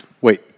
wait